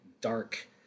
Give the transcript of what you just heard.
dark